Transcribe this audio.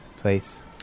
place